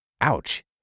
Ouch